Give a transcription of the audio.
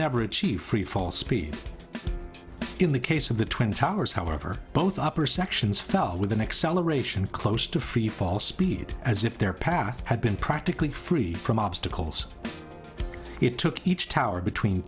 never achieve freefall speed in the case of the twin towers however both upper sections fell with an acceleration close to freefall speed as if their path had been practically free from obstacles it took each tower between